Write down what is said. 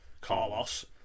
Carlos